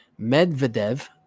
Medvedev